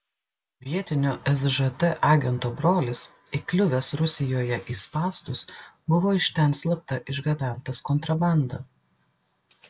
vietinio sžt agento brolis įkliuvęs rusijoje į spąstus buvo iš ten slapta išgabentas kontrabanda